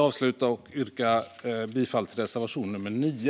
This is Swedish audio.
Jag yrkar bifall till reservation nummer 9.